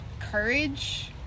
courage